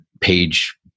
page